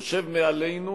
יושב מעלינו